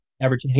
average